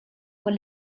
con